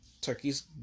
turkey's